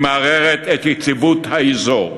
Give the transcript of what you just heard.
היא מערערת את יציבות האזור,